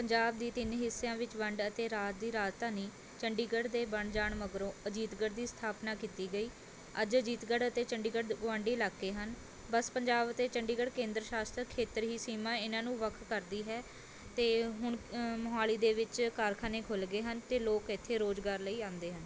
ਪੰਜਾਬ ਦੀ ਤਿੰਨ ਹਿੱਸਿਆਂ ਵਿੱਚ ਵੰਡ ਅਤੇ ਰਾਜ ਦੀ ਰਾਜਧਾਨੀ ਚੰਡੀਗੜ੍ਹ ਦੇ ਬਣ ਜਾਣ ਮਗਰੋਂ ਅਜੀਤਗੜ੍ਹ ਦੀ ਸਥਾਪਨਾ ਕੀਤੀ ਗਈ ਅੱਜ ਅਜੀਤਗੜ੍ਹ ਅਤੇ ਚੰਡੀਗੜ੍ਹ ਗੁਆਂਢੀ ਇਲਾਕੇ ਹਨ ਬਸ ਪੰਜਾਬ ਅਤੇ ਚੰਡੀਗੜ੍ਹ ਕੇਂਦਰ ਸ਼ਾਸ਼ਤ ਖੇਤਰੀ ਸੀਮਾ ਇਹਨਾਂ ਨੂੰ ਵੱਖ ਕਰਦੀ ਹੈ ਅਤੇ ਹੁਣ ਮੋਹਾਲੀ ਦੇ ਵਿੱਚ ਕਾਰਖਾਨੇ ਖੁੱਲ੍ਹ ਗਏ ਹਨ ਅਤੇ ਲੋਕ ਇੱਥੇ ਰੁਜ਼ਗਾਰ ਲਈ ਆਉਂਦੇ ਹਨ